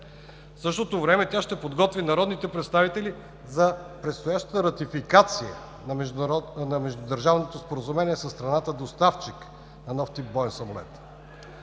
В същото време тя ще подготви народните представители за предстоящата ратификация на междудържавното споразумение със страната доставчик на нов тип боен самолет.